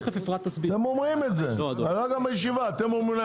אתם אומרים להם,